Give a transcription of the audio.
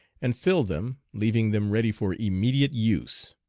and fill them, leaving them ready for immediate use.